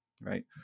right